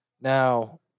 Now